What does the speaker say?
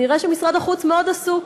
נראה שמשרד החוץ מאוד עסוק.